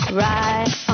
right